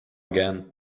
again